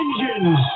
engines